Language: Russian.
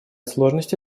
сложности